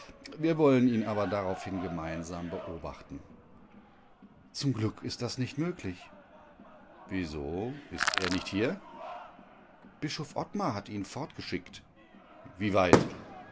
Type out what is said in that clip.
wir wollen ihn aber daraufhin gemeinsam beobachten zum glück ist das nicht möglich wie so ist er nicht hier bischof ottmar hat ihn fortgeschickt wie weit